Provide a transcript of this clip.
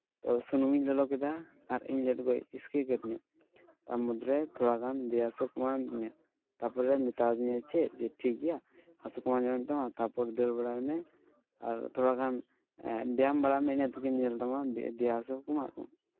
ᱛᱳ ᱥᱩᱱᱩᱢᱤᱧ ᱞᱚᱞᱚ ᱠᱮᱫᱟ ᱟᱨ ᱤᱧ ᱞᱟᱹᱴᱩ ᱜᱚᱭ ᱤᱥᱠᱤᱨ ᱠᱟᱫᱤᱧᱟ ᱛᱟᱨ ᱢᱩᱫᱽᱨᱮ ᱛᱷᱚᱲᱟ ᱜᱟᱱ ᱫᱮᱭᱟ ᱦᱟᱹᱥᱩ ᱠᱚᱢᱟᱣ ᱮᱱ ᱛᱤᱧᱟ ᱛᱟᱨᱯᱚᱨᱮ ᱢᱮᱛᱟᱣ ᱫᱤᱧᱟᱭ ᱪᱮᱫ ᱡᱮ ᱴᱷᱤᱠ ᱜᱮᱭᱟ ᱦᱟᱹᱥᱩ ᱠᱚᱢᱟᱣ ᱧᱚᱜ ᱮᱱ ᱛᱟᱢᱟ ᱛᱟᱨᱯᱚᱨ ᱫᱟᱹᱲ ᱵᱟᱲᱟᱭ ᱢᱮ ᱟᱨ ᱛᱷᱚᱲᱟ ᱜᱟᱱ ᱵᱮᱭᱟᱢ ᱵᱟᱲᱟᱭ ᱢᱮ ᱤᱱᱟᱹᱜ ᱛᱮᱜᱮᱢ ᱧᱮᱞ ᱛᱟᱢᱟ ᱫᱮᱭᱟ ᱦᱟᱹᱥᱩ ᱠᱚᱢᱟᱜ ᱛᱟᱢᱟ